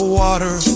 water